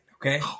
okay